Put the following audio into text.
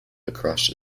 across